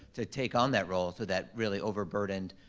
to take on that role so that really overburdened,